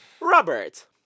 Robert